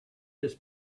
his